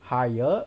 higher